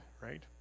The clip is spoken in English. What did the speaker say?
Right